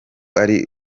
ari